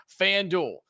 FanDuel